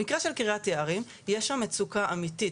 במקרה של קרית יערים, יש שם מצוקה אמיתית.